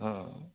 ହଁ